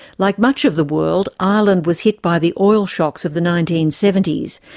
like much of the world, ireland was hit by the oil shocks of the nineteen seventy s.